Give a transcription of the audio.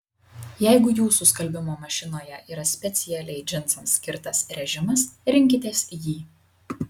jeigu jūsų skalbimo mašinoje yra specialiai džinsams skirtas režimas rinkitės jį